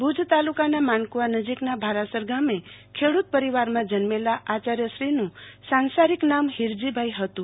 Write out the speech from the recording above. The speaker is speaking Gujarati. ભુજ તાલુકાના માનકુવા નજીકના ભારાસર ગામે ખેડૂત પરિવારમાં જન્મેલા આચાર્યશ્રીનું સાંસારિક નામ હીરજીભાઈ હતુ